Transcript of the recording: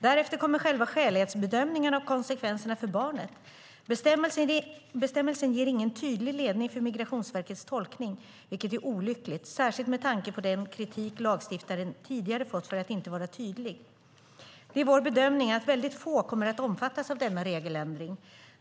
Därefter kommer själva skälighetsbedömningen av konsekvenserna för barnet. Bestämmelsen ger ingen tydlig ledning för Migrationsverkets tolkning, vilket är olyckligt, särskilt med tanke på den kritik lagstiftaren tidigare fått för att inte vara tydlig. Det är vår bedömning att väldigt få kommer att omfattas av denna regeländring.